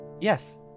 yes